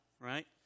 right